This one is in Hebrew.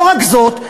לא רק זאת,